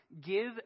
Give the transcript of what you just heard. give